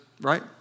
right